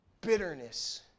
bitterness